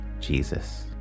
Jesus